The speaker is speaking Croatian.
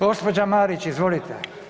Gospođa Marić, izvolite.